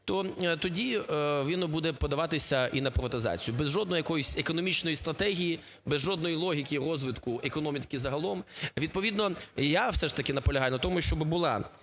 то тоді він буде подаватися і на приватизацію. Без жодної якоїсь економічної стратегії, без жодної логіки розвитку економіки загалом. Відповідно, я все ж таки наполягаю на тому, щоби була